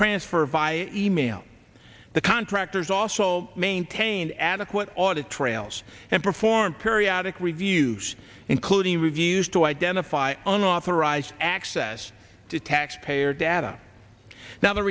transfer via email the contractors also maintain adequate audit trails and perform periodic reviews including reviews to identify unauthorized access to taxpayer data now the